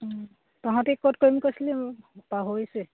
তহঁতি ক'ত কৰিম কৈছিলি পাহৰিছোৱেই